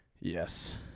Yes